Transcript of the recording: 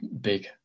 big